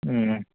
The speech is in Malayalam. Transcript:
മ്മ്